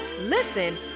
listen